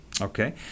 Okay